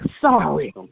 sorry